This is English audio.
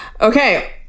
Okay